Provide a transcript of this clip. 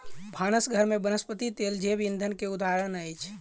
भानस घर में वनस्पति तेल जैव ईंधन के उदाहरण अछि